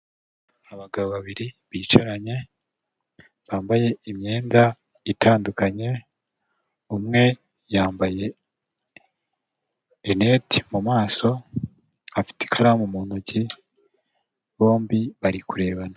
Abagabo babiri bicaranye, bambaye imyenda itandukanye, umwe yambaye rineti mu maso afite ikaramu mu ntoki, bombi bari kurebana.